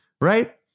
right